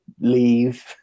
leave